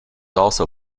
also